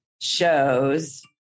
shows